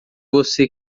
você